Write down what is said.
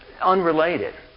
Unrelated